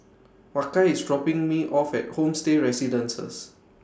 Makai IS dropping Me off At Homestay Residences